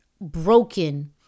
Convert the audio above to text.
broken